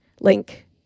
link